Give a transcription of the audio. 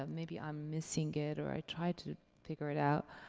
ah maybe i'm missing it, or i tried to figure it out.